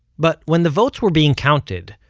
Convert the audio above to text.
but when the votes were being counted,